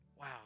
wow